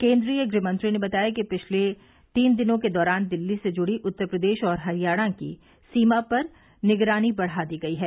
केन्द्रीय गृहमंत्री ने बताया कि पिछले तीन दिनों के दौरान दिल्ली से जुड़ी उत्तर प्रदेश और हरियाणा के सीमा पर निगरानी बढ़ा दी गयी है